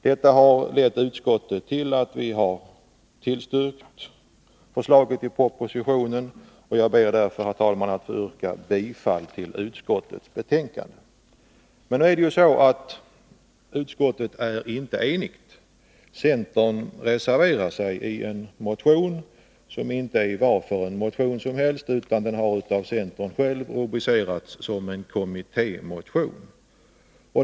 Detta har lett utskottsmajoriteten till att tillstyrka förslaget i propositionen. Jag ber därför, herr talman, att få yrka bifall till utskottets hemställan. Men utskottet är inte enigt. Centern reserverar sig till förmån för en motion, som inte är vilken motion som helst utan som av centern själv Nr 49 rubricerats som en kommittémotion.